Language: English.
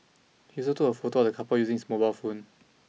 he also took a photo of the couple using his mobile phone